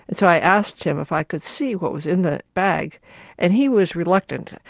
and so i asked him if i could see what was in the bag and he was reluctant.